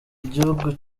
igihugu